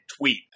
Tweet